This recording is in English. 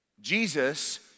Jesus